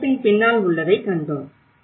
கட்டமைப்பின் பின்னால் உள்ளதை கண்டோம்